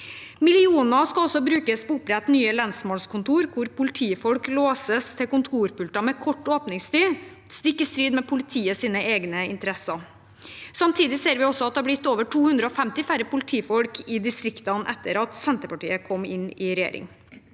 Millioner skal også brukes på å opprette nye lensmannskontor, hvor politifolk låses til kontorpulter med kort åpningstid, stikk i strid med politiets egne interesser. Samtidig ser vi at det har blitt over 250 færre politifolk i distriktene etter at Senterpartiet kom inn i regjering.